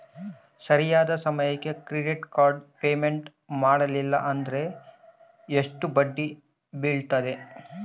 ಸರಿಯಾದ ಸಮಯಕ್ಕೆ credit card payment ಮಾಡಲಿಲ್ಲ ಅಂದ್ರೆ ಎಷ್ಟು ಬಡ್ಡಿ ಬೇಳ್ತದ?